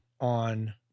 on